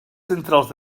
centrals